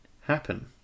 happen